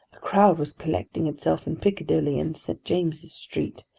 a crowd was collecting itself in piccadilly and st. james's street,